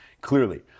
Clearly